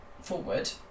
forward